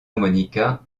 monica